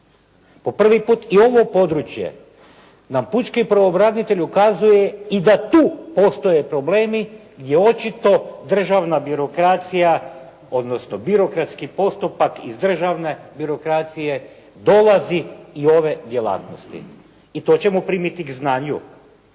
Po prvi puta i ovo područje nam pučki pravobranitelj ukazuje i da tu postoje problemi gdje očito državna birokracija, odnosno birokratski postupak iz državne birokracije dolazi i ove djelatnosti. I to ćemo primiti k znanju?